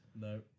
No